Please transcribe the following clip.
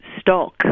stock